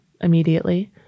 immediately